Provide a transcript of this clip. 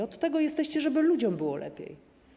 Od tego jesteście, żeby ludziom było lepiej.